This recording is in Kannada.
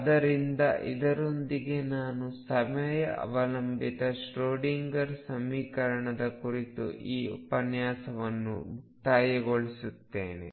ಆದ್ದರಿಂದ ಇದರೊಂದಿಗೆ ನಾನು ಸಮಯ ಅವಲಂಬಿತ ಶ್ರೊಡಿಂಗರ್ ಸಮೀಕರಣದ ಕುರಿತು ಈ ಉಪನ್ಯಾಸವನ್ನು ಮುಕ್ತಾಯಗೊಳಿಸುತ್ತೇನೆ